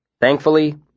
Thankfully